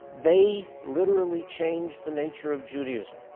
they literally changed the nature of judaism,